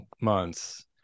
months